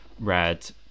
red